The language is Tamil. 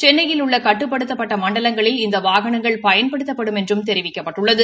சென்னையில் உள்ள கட்டுப்படுத்தப்பட்ட மண்டலங்களில் இந்த வாகனங்கள் பயன்படுத்தப்படும் என்றும் தெரிவிக்கப்பட்டுள்ளது